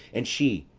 and she,